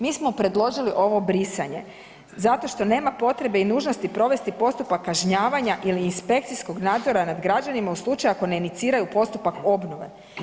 Mi smo predložili ovo brisanje zato što nema potrebe i nužnosti provesti postupak kažnjavanja ili inspekcijskog nadzora nad građanima u slučaju ako ne iniciraju postupak obnove.